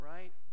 Right